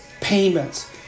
payments